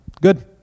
Good